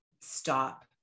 stop